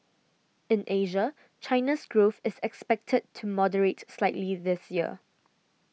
in Asia China's growth is expected to moderate slightly this year